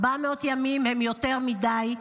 400 ימים הם יותר מדי.